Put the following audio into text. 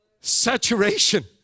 saturation